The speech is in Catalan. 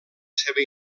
seva